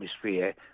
atmosphere